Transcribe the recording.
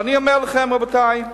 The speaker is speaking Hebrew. ואני אומר לכם, רבותי,